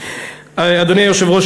אדוני היושב-ראש,